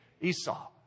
Esau